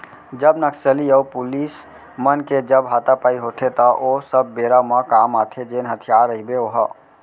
जब नक्सली अऊ पुलिस मन के जब हातापाई होथे त ओ सब बेरा म काम आथे जेन हथियार रहिथे ओहा